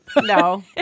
No